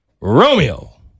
Romeo